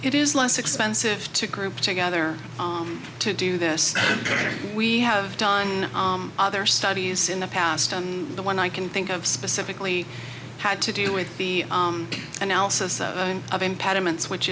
it is less expensive to group together to do this we have done other studies in the past on the one i can think of specifically had to do with the analysis of impediments which